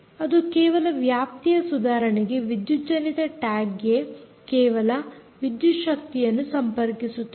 ಅದು ಕೇವಲ ವ್ಯಾಪ್ತಿಯ ಸುಧಾರಣೆಗೆ ವಿದ್ಯುಜ್ಜನಿತ ಟ್ಯಾಗ್ ಗೆ ಕೇವಲ ವಿದ್ಯುತ್ ಶಕ್ತಿಯನ್ನು ಸಂಪರ್ಕಿಸುತ್ತದೆ